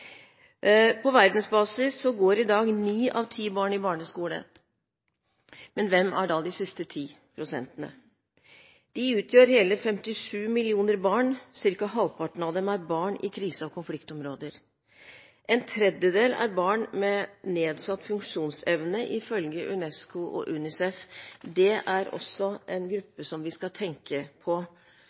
På verdensbasis går i dag ni av ti barn i barneskole, men hvem er da de siste ti prosentene? De utgjør hele 57 millioner barn, ca. halvparten av dem er barn i krise- og konfliktområder. En tredjedel er barn med nedsatt funksjonsevne, ifølge UNESCO og UNICEF. Det er også en gruppe vi skal tenke på.